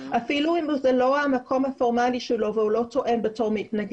אפילו אם זה לא המקום הפורמלי שלו והוא לא טוען כמתנגד.